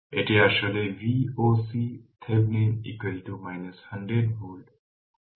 সুতরাং এটি আসলে Voc Thevenin 100 ভোল্ট পাচ্ছে